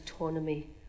autonomy